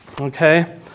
Okay